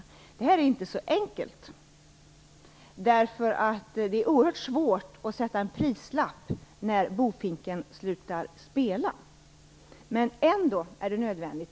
Det här är inte så enkelt, därför att det är oerhört svårt att sätta en prislapp på att bofinken slutar spela. Men det är ändå nödvändigt.